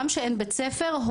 גם כשאין בית ספר,